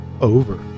over